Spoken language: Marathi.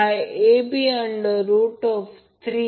5 j0